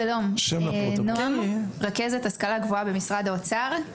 שלום, אני רכזת השכלה גבוהה במשרד האוצר.